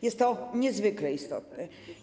Jest to niezwykle istotne.